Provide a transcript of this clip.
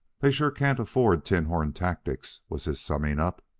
they sure can't afford tin-horn tactics, was his summing up.